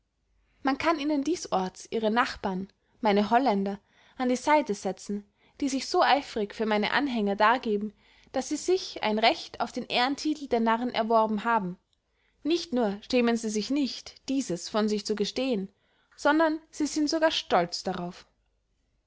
man kann ihnen disorts ihre nachbaren meine holländer an die seite setzen die sich so eifrig für meine anhänger dargeben daß sie sich ein recht auf den ehrentitel der narren erworben haben nicht nur schämen sie sich nicht dieses von sich zu gestehen sondern sie sind sogar stolz darauf